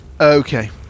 Okay